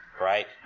right